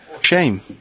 Shame